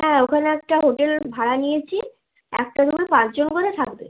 হ্যাঁ ওখানে একটা হোটেল ভাড়া নিয়েছি একটা রুমে পাঁচজন করে থাকবে